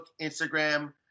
Instagram